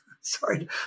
sorry